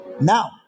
Now